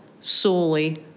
solely